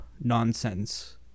nonsense